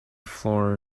floor